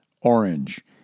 orange